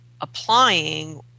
applying